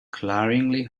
glaringly